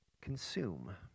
consume